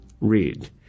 read